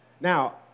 Now